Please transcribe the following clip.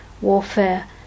Warfare